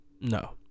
No